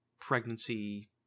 pregnancy